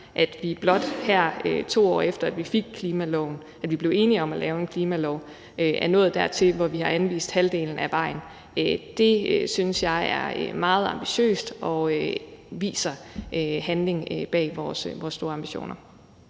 her, blot 2 år efter at vi blev enige om at lave en klimalov, er nået dertil, hvor vi har anvist halvdelen af vejen. Det synes jeg er meget ambitiøst, og det viser handling bag vores store ambitioner.